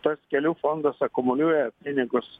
tas kelių fondas akumuliuoja pinigus